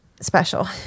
special